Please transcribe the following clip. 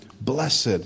Blessed